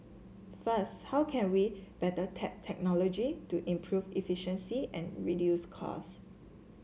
first how can we better tap technology to improve efficiency and reduce cost